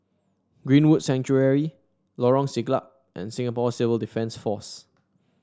Greenwood Sanctuary Lorong Siglap and Singapore Civil Defence Force